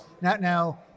now